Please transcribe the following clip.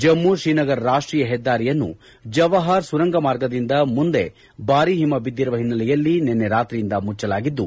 ಜಮ್ನ ತ್ರೀನಗರ್ ರಾಷ್ವೀಯ ಹೆದ್ದಾರಿಯನ್ನು ಜವಾಹರ್ ಸುರಂಗ ಮಾರ್ಗದಿಂದ ಮುಂದೆ ಭಾರಿ ಹಿಮ ಬಿದ್ದಿರುವ ಹಿನ್ನೆಲೆಯಲ್ಲಿ ನಿನ್ನೆ ರಾತ್ರಿಯಿಂದ ಮುಚ್ಚಲಾಗಿದ್ದು